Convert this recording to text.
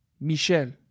Michel